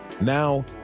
Now